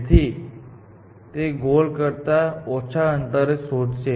તેથી તે ગોલ કરતા ઓછા અંતરે શોધશે